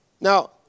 Now